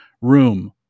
room